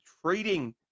trading